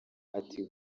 ati